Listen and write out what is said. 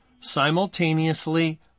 simultaneously